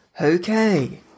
Okay